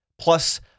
plus